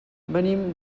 venim